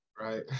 right